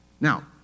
Now